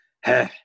heh